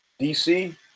DC